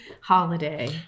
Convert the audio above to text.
holiday